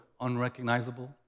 unrecognizable